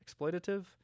Exploitative